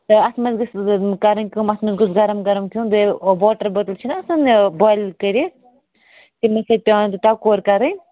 تہٕ اتھ منٛز گژھ کرٕنۍ کٲم اتھ منٛز گژھِ گرم گرم کھٮ۪وٚن بیٚیہِ واٹر بٲتل چھنہ آسان بویل کٔرِتھ تمی سۭتۍ چھِ پیوان ٹکورٕ کرٕنۍ